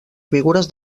figures